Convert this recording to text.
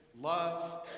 Love